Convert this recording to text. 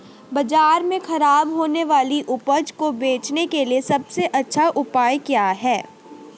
बाजार में खराब होने वाली उपज को बेचने के लिए सबसे अच्छा उपाय क्या है?